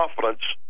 confidence